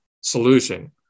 solution